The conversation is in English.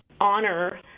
honor